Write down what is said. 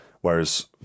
whereas